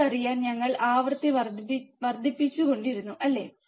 അത് അറിയാൻ ഞങ്ങൾ ആവൃത്തി വർദ്ധിപ്പിച്ചുകൊണ്ടിരിക്കുന്നു അല്ലേ